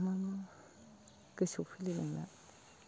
मा मा गोसोआव फैलायलांला